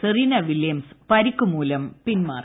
Serena Williams പരിക്ക് മൂലം പിൻമാറി